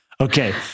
Okay